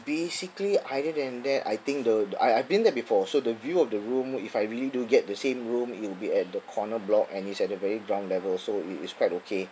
basically other than that I think the I I've been there before so the view of the room if I really do get the same room it'll be at the corner block and it's at the very ground level so it it's quite okay